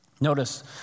Notice